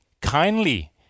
kindly